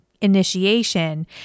initiation